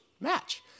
match